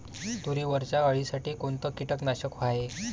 तुरीवरच्या अळीसाठी कोनतं कीटकनाशक हाये?